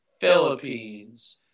philippines